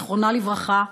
זיכרונה לברכה,